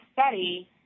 study